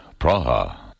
Praha